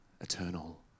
eternal